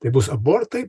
tai bus abortai